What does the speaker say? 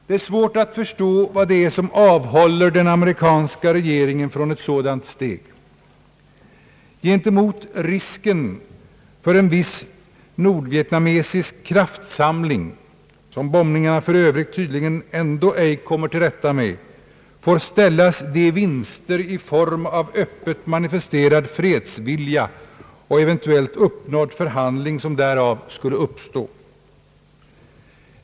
Det är svårt att förstå vad det är som avhåller den amerikanska regeringen från ett sådant steg. Gentemot risken för en viss nordvietnamesisk kraftsamling — som bombningarna för övrigt tydligen ändå ej kommer till rätta med får ställas de vinster i form av öppet manifesterad fredsvilja och eventuellt uppnådd förhandling som därav skulle uppstå.